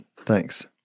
Thanks